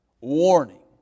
Warning